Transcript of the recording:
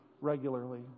regularly